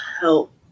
help